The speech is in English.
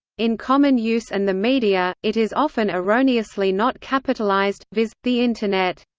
in common use and the media, it is often erroneously not capitalized, viz. the internet.